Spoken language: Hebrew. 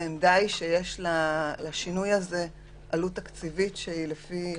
העמדה שיש לשינוי הזה עלות תקציבית שהיא לפי חוק-יסוד: